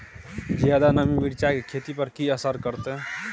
ज्यादा नमी मिर्चाय की खेती पर की असर करते?